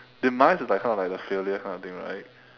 demise is like kind of like the failure kind of thing right